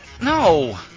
No